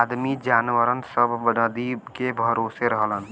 आदमी जनावर सब नदी के भरोसे रहलन